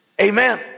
Amen